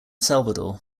salvador